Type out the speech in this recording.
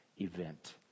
event